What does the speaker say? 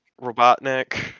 Robotnik